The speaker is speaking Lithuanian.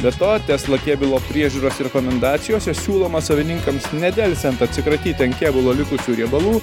be to tesla kėbulo priežiūros rekomendacijose siūloma savininkams nedelsiant atsikratyti ant kėbulo likusių riebalų